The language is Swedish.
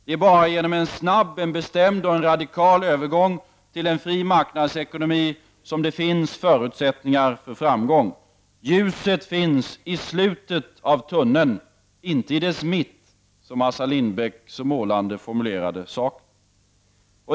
Det är bara genom en snabb, bestämd och radikal övergång till en fri marknadsekonomi som det finns förutsättningar för framgång. Ljuset finns i slutet av tunneln — inte i dess mitt, som Assar Lindbeck så målande har formulerat saken.